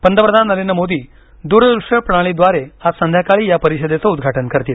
पंतप्रधान नरेंद्र मोदी दूर दृश्य प्रणालीद्वारे आज संध्याकाळी या परिषदेचं उद्घाटन करतील